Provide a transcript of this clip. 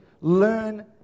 learn